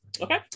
Okay